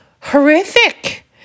horrific